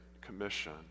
commission